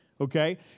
okay